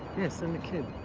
yeah, send the kid.